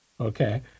Okay